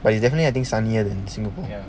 but it's definitely I think sunnier than singapore